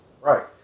Right